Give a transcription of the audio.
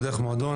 לא דרך מועדון,